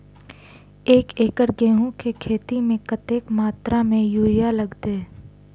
एक एकड़ गेंहूँ केँ खेती मे कतेक मात्रा मे यूरिया लागतै?